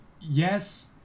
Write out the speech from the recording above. Yes